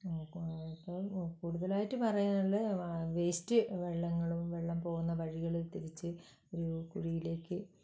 ഇപ്പോള് കൂടുതലായിട്ട് പറയാനുള്ളത് വേസ്റ്റ് വെള്ളങ്ങളും വെള്ളം പോകുന്ന വഴികള് തിരിച്ച് ഒരു കുഴിയിലേക്ക്